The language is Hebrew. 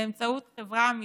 באמצעות חברה אמירותית,